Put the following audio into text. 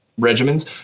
regimens